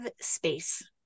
space